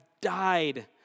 died